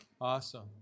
Awesome